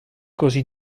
così